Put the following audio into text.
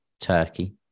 turkey